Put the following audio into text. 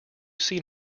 seen